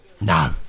No